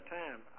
time